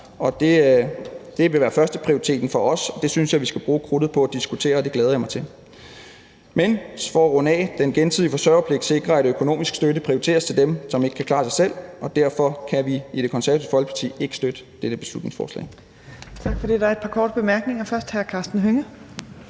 det vil være førsteprioriteten for os, og det synes jeg vi skal bruge krudtet på at diskutere, og det glæder jeg mig til. For at runde af vil jeg sige, at den gensidige forsørgerpligt sikrer, at økonomisk støtte prioriteres til dem, som ikke kan klare sig selv, og derfor kan vi i Det Konservative Folkeparti ikke støtte dette beslutningsforslag.